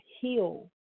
heal